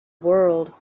world